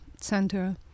center